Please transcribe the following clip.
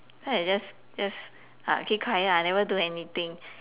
then I just just uh keep quiet lah never do anything